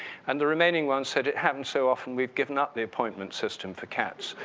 and the remaining one said, it happens so often, we've given up the appointment system for cats.